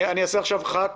שאלות חברי